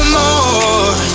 more